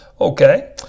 Okay